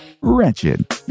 Wretched